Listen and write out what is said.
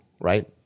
right